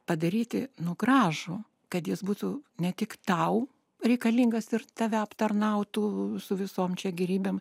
padaryti nu gražų kad jis būtų ne tik tau reikalingas ir tave aptarnautų su visom gėrybėm